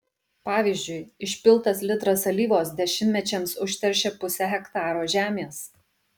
pavyzdžiui išpiltas litras alyvos dešimtmečiams užteršia pusę hektaro žemės